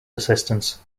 assistance